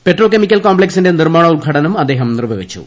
petro chemical കോംപ്പക്സിന്റെ നിർമ്മാണോദ്ഘാടനവും അദ്ദേഹം നിർവ്വഹിച്ചു